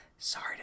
Sorry